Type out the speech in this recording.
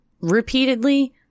repeatedly